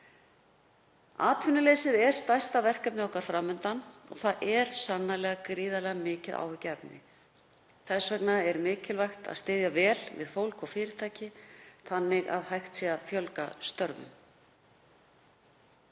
Atvinnuleysið er stærsta verkefnið okkar fram undan og það er sannarlega gríðarlega mikið áhyggjuefni. Þess vegna er mikilvægt að styðja vel við fólk og fyrirtæki þannig að hægt sé að fjölga störfum.